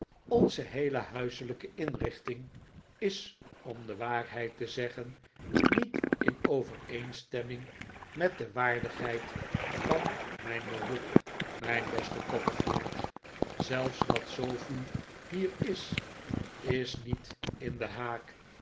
onze heele huiselijke inrichting is om de waarheid te zeggen niet in overeenstemming met de waardigheid van mijn beroep mijn beste copperfield zelfs dat sofie hier is is niet in den haak